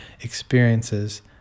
experiences